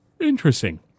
Interesting